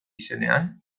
izenean